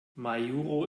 majuro